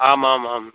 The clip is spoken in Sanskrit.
आमामाम्